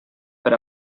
per